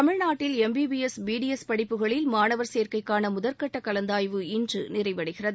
தமிழ்நாட்டில் MBBS BDS படிப்புகளில் மாணவர் சேர்க்கைக்கான முதல்கட்ட கலந்தாய்வு இன்று நிறைவடைகிறது